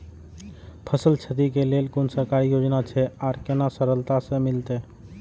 फसल छति के लेल कुन सरकारी योजना छै आर केना सरलता से मिलते?